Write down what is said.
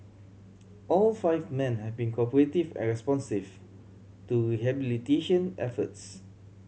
all five men have been cooperative and responsive to rehabilitation efforts